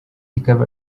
ikaba